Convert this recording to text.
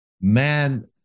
man